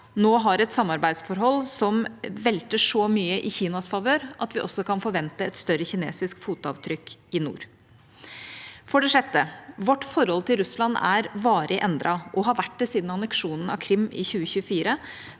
nå har et samarbeidsforhold som velter så mye i Kinas favør at vi også kan forvente et større kinesisk fotavtrykk i nord. For det sjette: Vårt forhold til Russland er varig endret og har vært det siden anneksjonen av Krym i 2014,